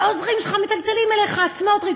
העוזרים שלך מצלצלים אליך: סמוטריץ,